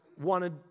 wanted